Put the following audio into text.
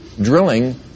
drilling